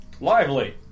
Lively